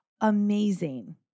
amazing